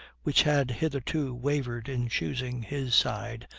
which had hitherto wavered in choosing his side,